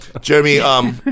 Jeremy